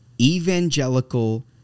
evangelical